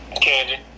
Candy